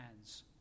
hands